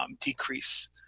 decrease